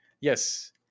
yes